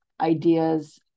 ideas